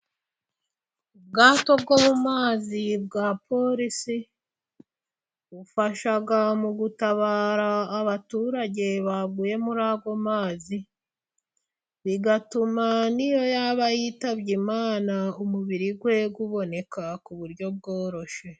Ubwato bwo mu mazi bwa polisi bufasha mu gutabara abaturage baguye muri ayo mazi, bigatuma n'iyo yaba yitabye Imana umubiri we uboneka ku buryo bworoshye.